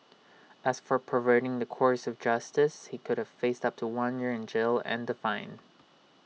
as for perverting the course of justice he could have faced up to one year in jail and the fine